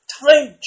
time